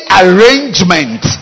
arrangement